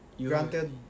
Granted